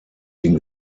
den